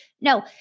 No